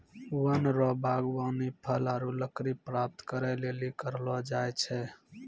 वन रो वागबानी फल आरु लकड़ी प्राप्त करै लेली करलो जाय छै